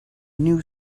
new